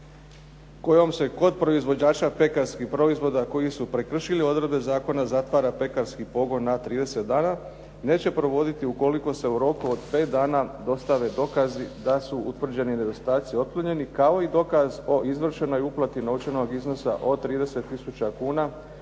kojom se kod proizvođača pekarskih proizvoda koji su prekršili odredbe zakona zatvara pekarski pogon na 30 dana neće provoditi ukoliko se u roku od 5 dana dostave dokazi da su utvrđeni nedostaci otklonjeni kao i dokaz o izvršenoj uplati novčanog iznosa od 30 tisuća